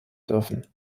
dürfen